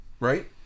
Right